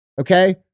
okay